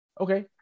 Okay